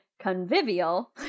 convivial